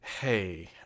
hey